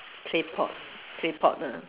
clay pot clay pot ah